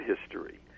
history